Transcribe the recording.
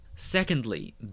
Secondly